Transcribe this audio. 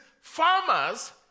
Farmers